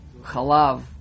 Chalav